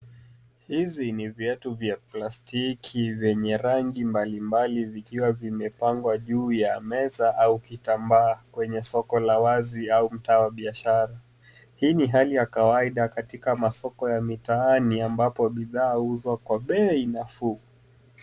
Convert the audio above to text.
Hizi ni viatu za plastiki zenye rangi mbalimbali vikiwa vimepangwa juu ya meza au kitambaa kwenye soko la wazi au mtaa wa biashara. Hii ni hali ya kawaida katika masoko ya mitaani ambapo bidhaa huuzwa kwa bei nafuu.